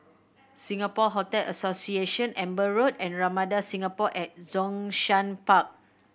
Singapore Hotel Association Amber Road and Ramada Singapore at Zhongshan Park